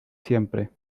siempre